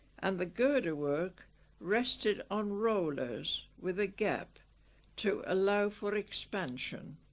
and the girder-work rested on rollers with a gap to allow for expansion